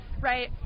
right